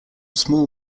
small